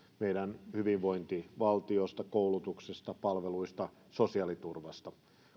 meidän hyvinvointivaltiosta koulutuksesta palveluista sosiaaliturvasta